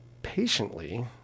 Patiently